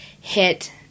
hit